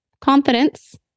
confidence